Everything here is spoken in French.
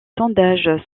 sondages